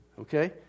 Okay